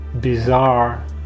bizarre